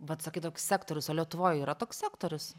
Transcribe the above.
vat sakai toks sektorius o lietuvoj yra toks sektorius